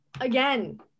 again